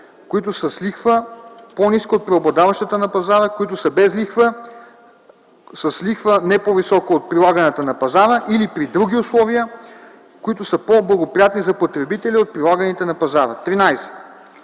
които са с лихва, по-ниска от преобладаващата на пазара, които са без лихва, с лихва, не по-висока от прилаганата на пазара, или при други условия, които са по-благоприятни за потребителя от прилаганите на пазара; 13.